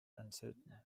uncertain